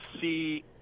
see